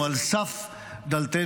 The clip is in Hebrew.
על סף דלתנו,